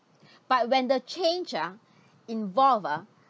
but when the change ah involved ah